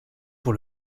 pour